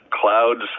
clouds